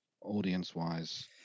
audience-wise